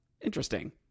interesting